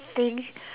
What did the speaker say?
thing